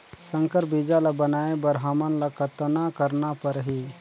संकर बीजा ल बनाय बर हमन ल कतना करना परही?